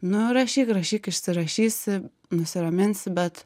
nu rašyk rašyk išsirašysi nusiraminsi bet